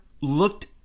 looked